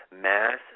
Mass